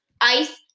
ice